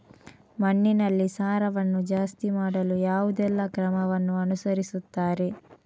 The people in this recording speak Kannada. ಮಣ್ಣಿನಲ್ಲಿ ಸಾರವನ್ನು ಜಾಸ್ತಿ ಮಾಡಲು ಯಾವುದೆಲ್ಲ ಕ್ರಮವನ್ನು ಅನುಸರಿಸುತ್ತಾರೆ